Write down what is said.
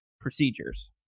procedures